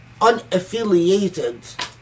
unaffiliated